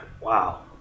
Wow